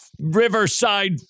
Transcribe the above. Riverside